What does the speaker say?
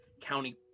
county